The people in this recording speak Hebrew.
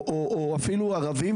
או אפילו ערבים,